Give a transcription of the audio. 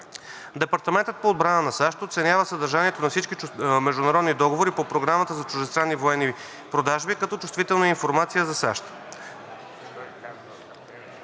Департаментът по отбрана на САЩ оценява съдържанието на всички международни договори по програмата за чуждестранни военни продажби като чувствителна информация за САЩ.